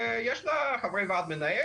יש לה חברי ועד מנהל.